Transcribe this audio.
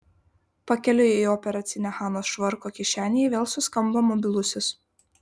pakeliui į operacinę hanos švarko kišenėje vėl suskambo mobilusis